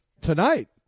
tonight